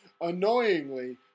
annoyingly